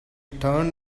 turned